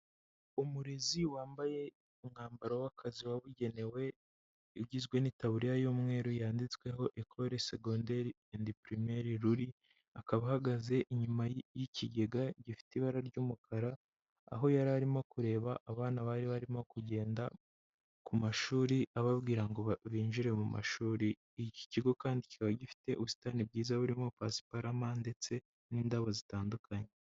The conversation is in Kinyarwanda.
Umurezi wambaye umwambaro w'akazi wabugenewe ugizwe n'itabuririya y'umweru yanditsweho "ecole secondaire and primaire luli", akaba ahagaze inyuma y'ikigega gifite ibara ry'umukara aho yari arimo kureba abana bari barimo kugenda ku mashuri ababwira ngo binjire mu mashuri, iki kigo kandi kikaba gifite ubusitani bwiza burimo pasiparama ndetse n'indabo zitandukanye.